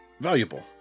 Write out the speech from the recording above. valuable